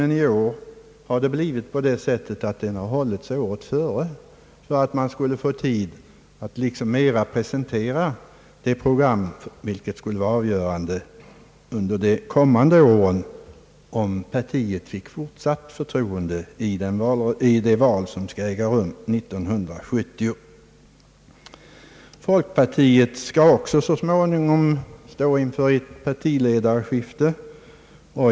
I år har den hållits året före, för att man skulle få tid att mera presentera det program som skulle vara avgörande under de kommande åren, om partiet fick fortsatt förtroende i det val som skall äga rum 1970. Folkpartiet skall också så småningom stå inför ett partiledarskifte.